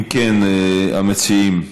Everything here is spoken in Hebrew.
אם כן, המציעים,